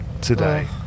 today